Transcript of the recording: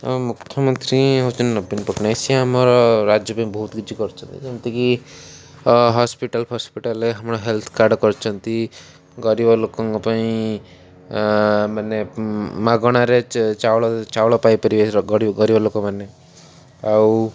ଆମ ମୁଖ୍ୟମନ୍ତ୍ରୀ ହେଉଛନ୍ତି ନବୀନ ପଟ୍ଟନାୟକ ସେ ଆମର ରାଜ୍ୟ ପାଇଁ ବହୁତ କିଛି କରିଛନ୍ତି ଯେମିତିକି ହସ୍ପିଟାଲ୍ ଫସ୍ପିଟାଲରେ ଆମର ହେଲଥ୍ କାର୍ଡ଼ କରିଛନ୍ତି ଗରିବ ଲୋକଙ୍କ ପାଇଁ ମାନେ ମାଗଣାରେ ଚାଉଳ ଚାଉଳ ପାଇପାରିବେ ଗରିବ ଗରିବ ଲୋକମାନେ ଆଉ